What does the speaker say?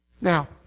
Now